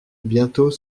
bientôt